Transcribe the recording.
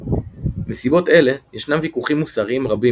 מסיבות אלה ישנם ויכוחים מוסריים רבים